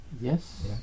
Yes